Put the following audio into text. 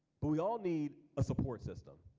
but we all need a support system.